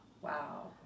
Wow